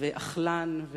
ואכלן,